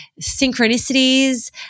synchronicities